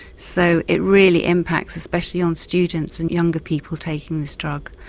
so it really impacts especially on students and younger people taking this drug.